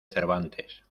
cervantes